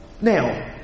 Now